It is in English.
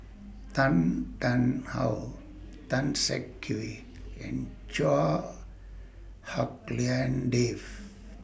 Tan Tarn How Tan Siak Kew and Chua Hak Lien Dave